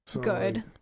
good